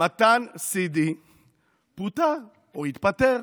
מתן סידי פוטר או התפטר.